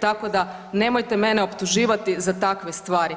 tako da nemojte mene optuživati za takve stvari.